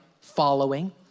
following